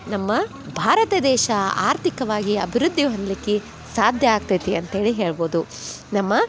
ನಮ್ಮ ಭಾರತ ದೇಶ ಆರ್ಥಕವಾಗಿ ಅಭಿವೃದ್ಧಿ ಹೊಂದಲಿಕ್ಕೆ ಸಾಧ್ಯ ಆಗ್ತೈತಿ ಅಂತ್ಹೇಳಿ ಹೇಳ್ಬೋದು